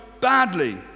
badly